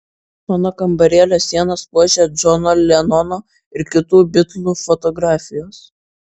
mano kambarėlio sienas puošia džono lenono ir kitų bitlų fotografijos